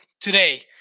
today